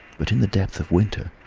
but in the depth of winter,